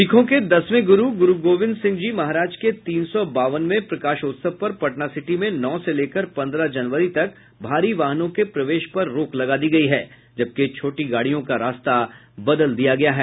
सिखों के दसवें गुरू गुरूगोविंद सिंहजी महाराज के तीन सौ बावनवें प्रकाशोत्सव पर पटनासिटी में नौ से लेकर पन्द्रह जनवरी तक भारी वाहनों के प्रवेश पर रोक लगा दी गयी है जबकि छोटे गाड़ियों का रास्ता बदल दिया गया है